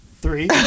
Three